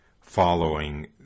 following